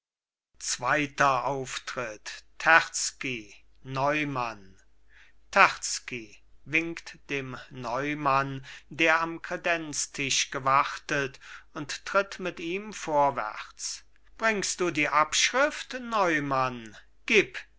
zweiter auftritt terzky neumann terzky winkt dem neumann der am kredenztisch gewartet und tritt mit ihm vorwärts bringst du die abschrift neumann gib